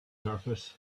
surface